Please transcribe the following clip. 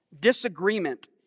Disagreement